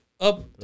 up